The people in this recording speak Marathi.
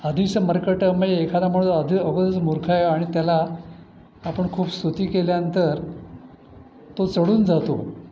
आधीचं मर्कट म्हणजे एखादा माणूस आधीच अगोदरच मूर्ख आहे आणि त्याला आपण खूप स्तुती केल्यानंतर तो चढून जातो